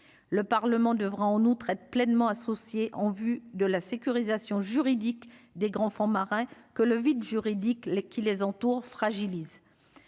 le Parlement devra en outre être pleinement associés en vue de la sécurisation juridique des grands fonds marins que le vide juridique les qui les entourent, fragilise